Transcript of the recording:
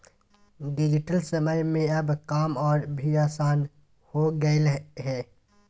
digital समय में अब काम और भी आसान हो गेलय हें